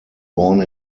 born